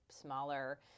smaller